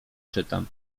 czytam